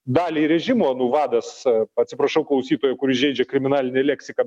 dalį režimo nu vadas atsiprašau klausytojų kur žeidžia kriminalinė leksika